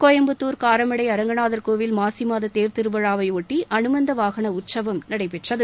கோயம்புத்தூர் காரமடை அரங்கநாதர் கோவில் மாசி மாத தேர்திருவிழாவையொட்டி அனுமந்த வாகன உற்சவம் நடைபெற்றது